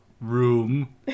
room